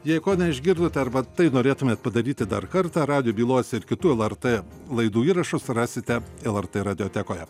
jei ko neišgirdote arba tai norėtumėt padaryti dar kartą radijo bylos ir kitų lrt laidų įrašus rasite lrt radiotekoje